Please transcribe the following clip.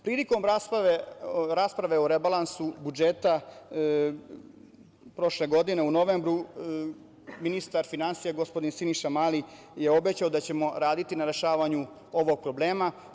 Prilikom rasprave o rebalansu budžeta prošle godine u novembru, ministar finansija gospodin Siniša Mali je obećao da ćemo raditi na rešavanju ovog problema.